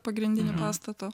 pagrindinio pastato